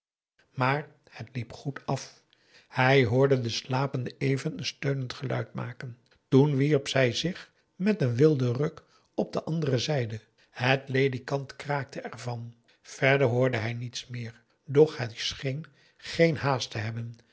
maar het liep goed af hij hoorde de slapende even een steunend geluid maken toen wierp zij zich met een wilden ruk op de andere zijde het ledikant kraakte er van verder hoorde hij niets meer doch hij scheen geen haast te hebben